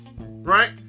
right